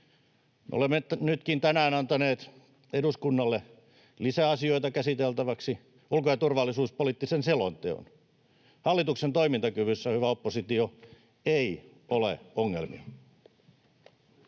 olemme nytkin tänään antaneet eduskunnalle lisää asioita käsiteltäväksi: ulko- ja turvallisuuspoliittisen selonteon. Hallituksen toimintakyvyssä, hyvä oppositio, ei ole ongelmia.